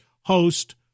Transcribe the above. host